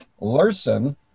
Larson